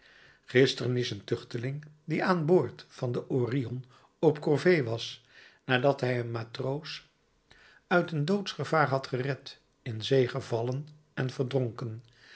gisteren is een tuchteling die aan boord van den orion op corvée was nadat hij een matroos uit een doodsgevaar had gered in zee gevallen en verdronken